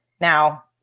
Now